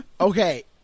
okay